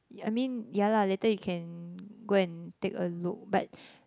I mean ya lah later you can go and take a look but